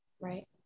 Right